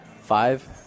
five